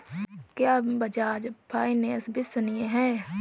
क्या बजाज फाइनेंस विश्वसनीय है?